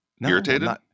Irritated